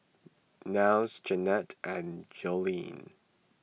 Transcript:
Niles Jannette and Joleen